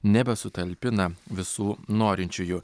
nebesutalpina visų norinčiųjų